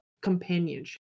companionship